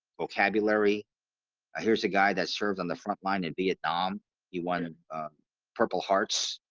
vocabulary here's a guy that served on the front line in vietnam he won purple hearts